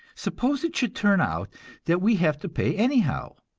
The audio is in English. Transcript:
suppose it should turn out that we have to pay anyhow,